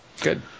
Good